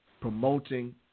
promoting